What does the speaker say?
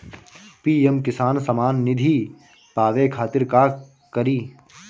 PM Kisan Samman Nidhi पावे खातिर का करी?